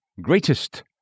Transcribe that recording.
greatest